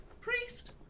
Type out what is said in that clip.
priest